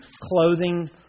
clothing